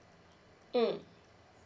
mm